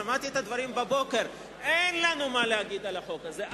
שמעתי את הדברים בבוקר: אין לנו מה להגיד על החוק הזה,